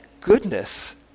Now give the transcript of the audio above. goodness